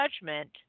judgment